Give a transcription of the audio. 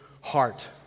heart